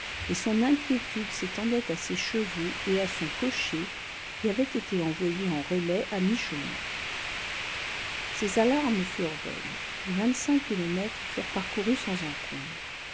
et son inquiétude s'étendait à ses chevaux et à son cocher qui avaient été envoyés en relai à mi-chemin ses alarmes furent vaines les vingt-cinq kilomètres furent parcourus sans encombre